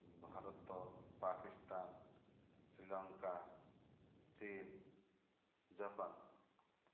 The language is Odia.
ଭାରତ ପାକିସ୍ତାନ ଶ୍ରୀଲଙ୍କା ଚୀନ ଜାପାନ